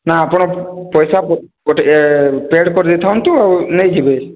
ନା ଆପଣ ପଇସା ପେଡ଼ କରିଦେଇ ଆଉ ଥାନ୍ତୁ ନେଇଯିବେ